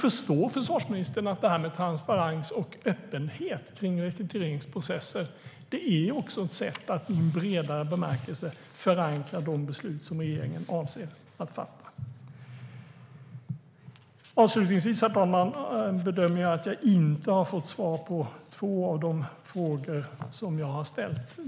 Förstår försvarsministern att detta med transparens och öppenhet kring rekryteringsprocesser är ett sätt att i bredare bemärkelse förankra de beslut som regeringen avser att fatta? Avslutningsvis, herr talman, bedömer jag att jag inte har fått svar på två av de frågor som jag har ställt.